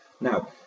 now